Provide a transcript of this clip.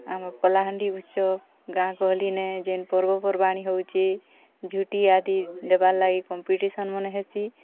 ଆମ କଳାହାଣ୍ଡି ଉତ୍ସବ ଗାଁ ଗହଲିନେ ଯେନ୍ ପର୍ବ ପର୍ବାଣୀ ହେଉଛେ ଝୁଟି ଆଦି ଦେବାଲାଗି କମ୍ପିଟିସନ୍ ମାନେ ହେସି